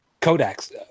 Kodaks